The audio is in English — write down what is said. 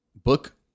Book